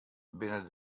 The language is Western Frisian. binne